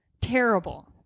Terrible